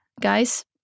guys